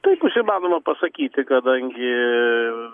taip bus įmanoma pasakyti kadangi